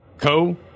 Co